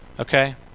Okay